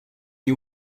you